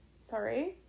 Sorry